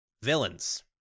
Villains